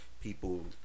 People